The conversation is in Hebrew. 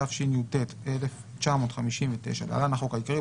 התשי"ט 1959 (להלן - החוק העיקרי),